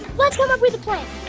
let's come up with a plan!